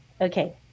okay